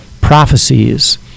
prophecies